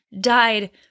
died